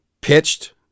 pitched